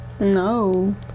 No